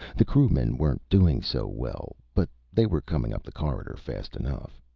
the crewmen weren't doing so well but they were coming up the corridor fast enough.